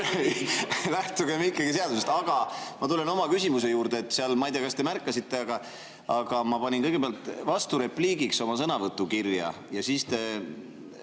Lähtugem ikkagi seadusest. Aga ma tulen oma küsimuse juurde. Ma ei tea, kas te märkasite, aga ma panin kõigepealt vasturepliigiks oma sõnavõtu kirja, aga siis te